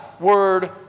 word